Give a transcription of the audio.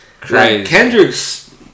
Kendrick's